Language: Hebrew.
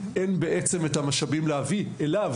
אין את המשאבים להביא אליו,